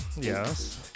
Yes